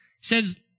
says